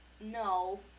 No